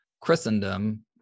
christendom